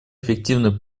эффективный